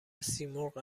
سیمرغ